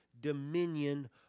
dominion